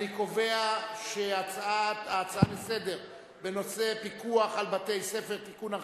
אני קובע כי ההצעה לסדר-היום בנושא פיקוח על בתי-ספר (תיקון,